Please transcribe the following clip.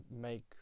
make